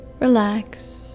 relax